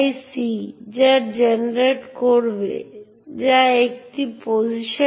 আমরা বলি লগইন প্রক্রিয়া এবং এই লগইন প্রক্রিয়ার মধ্যে আপনি পাসওয়ার্ড পাবেন এবং সংরক্ষিত হ্যাশের সাথে পাসওয়ার্ডের তুলনা করুন